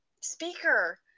speaker